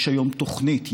יש היום תוכנית.